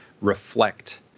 reflect